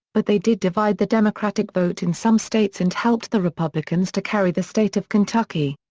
but they did divide the democratic vote in some states and helped the republicans to carry the state of kentucky.